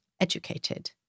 educated